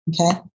Okay